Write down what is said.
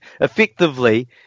effectively